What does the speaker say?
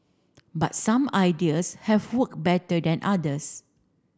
but some ideas have work better than others